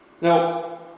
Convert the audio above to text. Now